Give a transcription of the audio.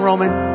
Roman